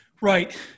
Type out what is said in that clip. Right